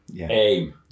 aim